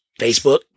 facebook